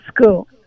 school